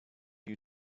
you